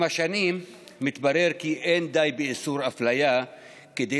עם השנים מתברר כי לא די באיסור אפליה כדי